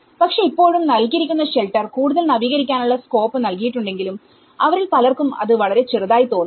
പക്ഷേഇപ്പോഴുംനൽകിയിരിക്കുന്ന shelter കൂടുതൽ നവീകരിക്കാനുള്ള scope നൽകിയിട്ടുണ്ടെങ്കിലും അവരിൽ പലർക്കും അത് വളരെ ചെറുതായി തോന്നി